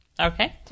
okay